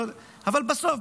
אבל בסוף,